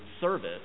service